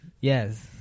Yes